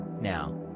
Now